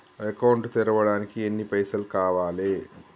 Account తెరవడానికి ఎన్ని పైసల్ కావాలే?